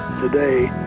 today